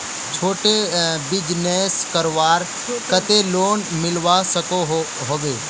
छोटो बिजनेस करवार केते लोन मिलवा सकोहो होबे?